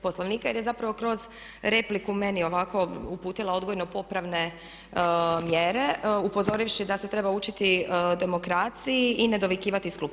Poslovnika jer je zapravo kroz repliku meni ovako uputila odgojno popravne mjere upozorivši da se treba učiti demokraciji i ne dovikivati iz klupe.